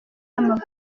y’amavubi